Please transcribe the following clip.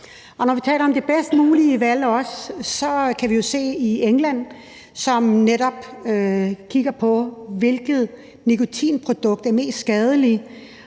når vi taler om det bedst mulige valg, kan vi jo se til England, som netop kigger på, hvilke nikotinprodukter der er mest skadelige.